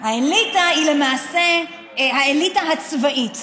האליטה היא למעשה האליטה הצבאית.